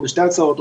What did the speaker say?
סליחה.